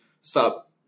Stop